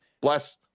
Bless